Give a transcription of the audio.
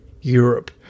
Europe